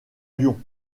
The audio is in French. lyon